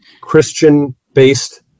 Christian-based